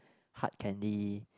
hard candy